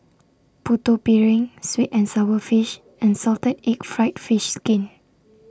Putu Piring Sweet and Sour Fish and Salted Egg Fried Fish Skin